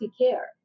care